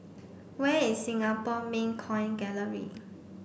where is Singapore Mint Coin Gallery